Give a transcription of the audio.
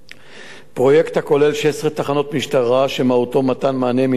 פרויקט הכולל 16 תחנות משטרה שמהותו מתן מענה מיידי של עובד סוציאלי,